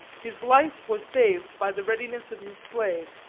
his life was saved by the readiness of his slave,